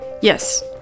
Yes